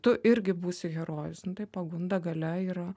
tu irgi būsi herojus nu tai pagunda gale yra